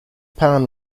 pan